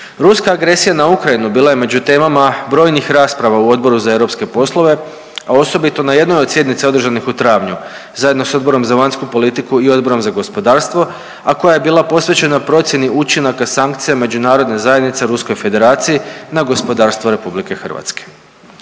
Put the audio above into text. Ruska agresija na Ukrajinu bila je među temama brojnih rasprava u Odboru za europske poslove, a osobito na jednoj od sjednica održanih u travnju zajedno sa Odborom za vanjsku politiku i Odborom za gospodarstvo, a koja je bila posvećena procjeni učinaka sankcija međunarodne zajednice Ruskoj Federaciji na gospodarstvo RH.